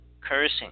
Cursing